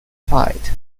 fight